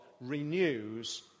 renews